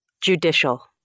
Judicial